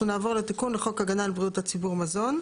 תיקון חוק הגנה על בריאות הציבור (מזון)